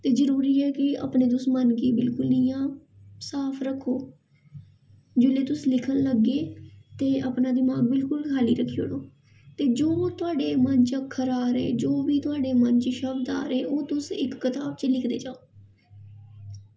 ते जरूरी ऐ कि अपने तुस मन गी बिलकुल इ'यां साफ रक्खो जेल्लै तुस लिखन लग्गे ते अपना दमाग बिलकुल खा'ल्ली रक्खी ओड़ो ते जो थुआढ़े मन च अक्खर आ रहे जो बी थुआढ़े मन च शब्द आ रहे ओह् तुस इक कताब च लिखदे जाओ